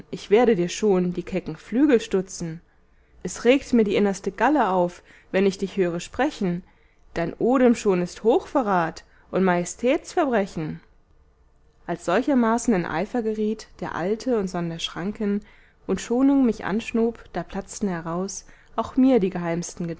ich werde dir schon die kecken flügel stutzen es regt mir die innerste galle auf wenn ich dich höre sprechen dein odem schon ist hochverrat und majestätsverbrechen als solchermaßen in eifer geriet der alte und sonder schranken und schonung mich anschnob da platzten heraus auch mir die geheimsten